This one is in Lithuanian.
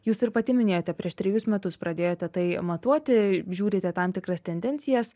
jūs ir pati minėjote prieš trejus metus pradėjote tai matuoti žiūrite tam tikras tendencijas